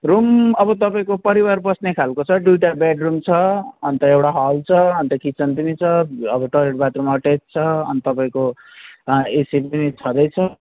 room अब तपाईँको परिवार बस्ने खालको छ दुइटा बेडरुम छ अनि त एउटा हल छ अनि त किचन पनि छ अब टोइलेट बाथरुम अटेच छ अनि तपाईँको एसी पनि छँदैछ